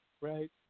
Right